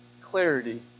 clarity